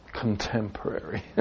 contemporary